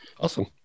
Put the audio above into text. Awesome